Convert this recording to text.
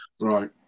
right